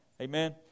Amen